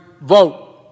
vote